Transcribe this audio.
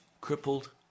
crippled